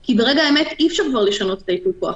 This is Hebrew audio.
כי ברגע האמת אי-אפשר כבר לשנות את ייפוי הכוח.